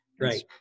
Right